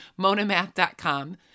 monamath.com